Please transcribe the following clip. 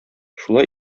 шулай